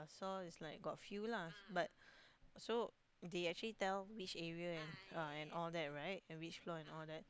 I saw it's like got a few lah but so they actually tell which area and uh and all right and which floor and all that right